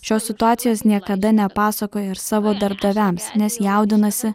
šios situacijos niekada nepasakoja ir savo darbdaviams nes jaudinasi